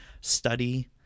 study